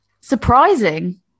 surprising